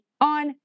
on